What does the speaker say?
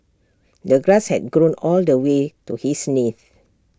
the grass had grown all the way to his knees